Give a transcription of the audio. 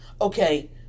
Okay